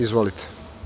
Izvolite,